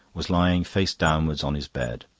was lying face downwards on his bed.